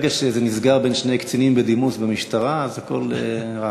והמים ומשרד האוצר.